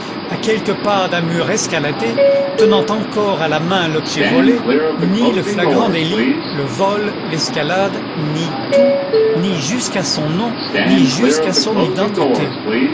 à quelques pas d'un mur escaladé tenant encore à la main l'objet volé nie le flagrant délit le vol l'escalade nie tout nie jusqu'à son nom nie jusqu'à son identité